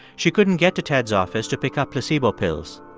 she couldn't get to ted's office to pick up placebo pills.